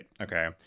okay